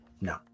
No